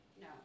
No